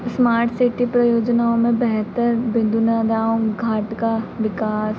smart city परियोजनाओं में बेहतर बिदुना दांव उद्घाट का विकास